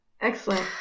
Excellent